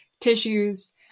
tissues